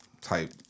type